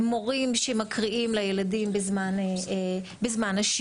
מורים שמקריאים לילדים בזמן השיעורים,